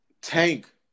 Tank